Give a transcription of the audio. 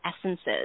essences